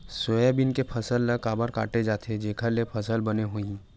Soybean के फसल ल काबर काटे जाथे जेखर ले फसल बने होही?